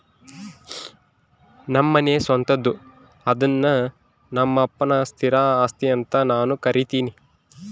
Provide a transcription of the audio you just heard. ನಮ್ಮನೆ ಸ್ವಂತದ್ದು ಅದ್ನ ನಮ್ಮಪ್ಪನ ಸ್ಥಿರ ಆಸ್ತಿ ಅಂತ ನಾನು ಕರಿತಿನಿ